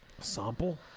Sample